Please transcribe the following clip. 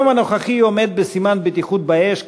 היום הנוכחי עומד בסימן בטיחות באש,